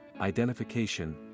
Identification